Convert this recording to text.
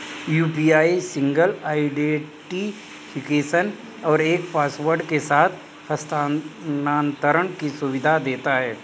UPI single identification और एक password के साथ हस्थानांतरण की सुविधा देता है